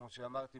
כמו שאמרתי,